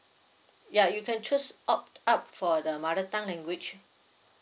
ya you can choose opt out for the mother tongue language